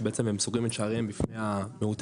שבעצם הם סוגרים את שעריהם בפני מעוטי